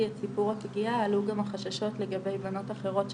עלו גם החששות לגבי בנות אחרות,